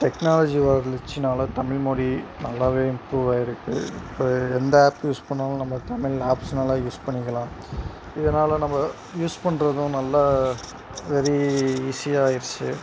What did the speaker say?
technology வளர்ந்துச்சுனால தமிழ் மொழி நல்லாவே இம்ப்ரூவ் ஆகிருக்கு இப்போது எந்த ஆப் யூஸ் பண்ணாலும் நம்ம தமிழ் ஆப்ஸ் நல்லா யூஸ் பண்ணிக்கலாம் இதனால் நம்ம யூஸ் பண்ணுறதும் நல்லா வெரி ஈஸி ஆகிருச்சு